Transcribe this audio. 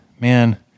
man